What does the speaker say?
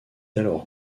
alors